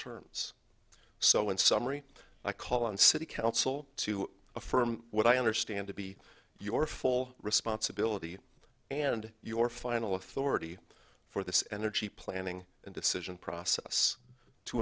terms so in summary i call on city council to affirm what i understand to be your full responsibility and your final authority for this energy planning and decision process to